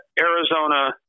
Arizona